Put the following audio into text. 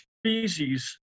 species